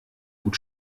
gut